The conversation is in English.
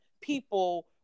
people